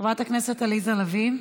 חברת הכנסת עליזה לביא,